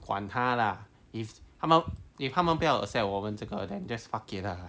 管他啦 if 他们 if 他们不要 accept 我们这个 than just fuck it lah